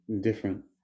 different